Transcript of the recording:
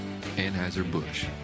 Anheuser-Busch